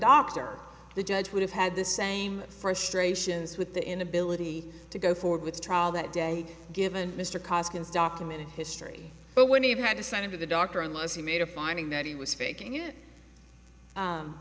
doctor the judge would have had the same frustrations with the inability to go forward with the trial that day given mr costin's documented history but would have had to send him to the doctor unless he made a finding that he was faking it